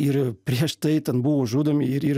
ir prieš tai ten buvo žudomi ir ir